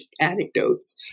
anecdotes